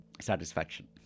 satisfaction